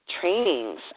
trainings